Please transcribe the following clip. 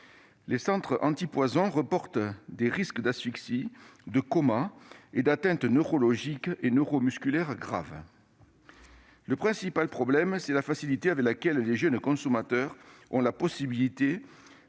Les centres antipoison rapportent des risques d'asphyxie, de coma et d'atteintes neurologiques et neuromusculaires graves. Le principal problème est la facilité avec laquelle les jeunes consommateurs ont la possibilité